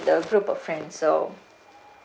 the group of friends so